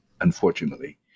unfortunately